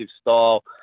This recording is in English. style